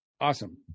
Awesome